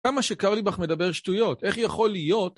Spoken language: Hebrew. למה שקרליבך מדבר שטויות? איך יכול להיות?